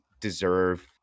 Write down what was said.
deserve